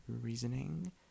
reasoning